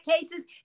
cases